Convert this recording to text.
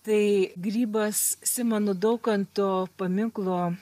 tai grybas simono daukanto paminklo